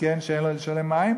המסכן שאין לו לשלם על המים,